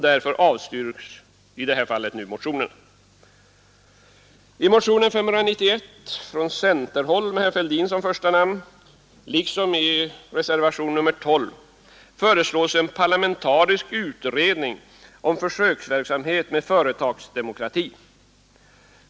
Därför avstyrker utskottet motionen. sta namn liksom i reservationen 12 föreslås en parlamentarisk utredning om försöksverksamhet med företagsdemokrati.